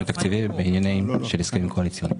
תקציבי בענייני הסכמים קואליציוניים.